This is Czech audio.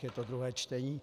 Je to druhé čtení.